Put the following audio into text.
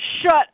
shut